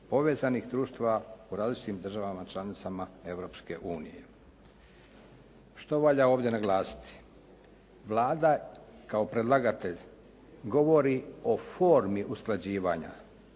povezanih društava u različitim državama članicama Europske unije. Što valja ovdje naglasiti? Vlada kao predlagatelj govori o formi usklađivanja